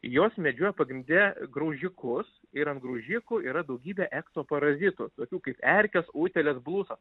jos medžioja pagrinde graužikus ir ant graužikų yra daugybė ekto parazitų tokių kaip erkės utėlės blusos